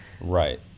Right